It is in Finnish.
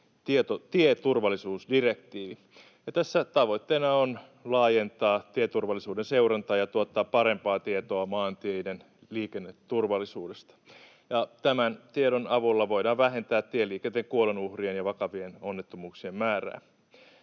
tieturvallisuusdirektiivi. Tässä tavoitteena on laajentaa tieturvallisuuden seurantaa ja tuottaa parempaa tietoa maanteiden liikenneturvallisuudesta, ja tämän tiedon avulla voidaan vähentää tieliikenteen kuolonuhrien ja vakavien onnettomuuksien määrää.